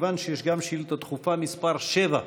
מכיוון שיש גם שאילתה דחופה מס' 7,